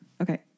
Okay